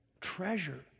treasure